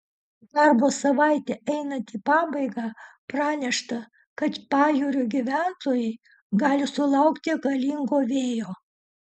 darbo savaitei einant į pabaigą pranešta kad pajūrio gyventojai gali sulaukti galingo vėjo